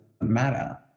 matter